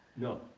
no